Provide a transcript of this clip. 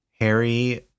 Harry